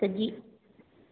सजी